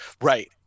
Right